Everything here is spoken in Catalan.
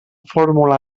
formular